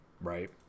right